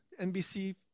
NBC